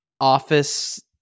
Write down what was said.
office